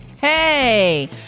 Hey